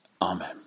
Amen